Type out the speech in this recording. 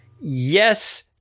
Yes